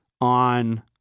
on